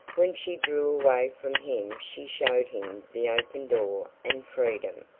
when she drew away from him she showed him the open door and freedom.